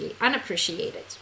unappreciated